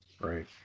Right